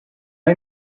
hay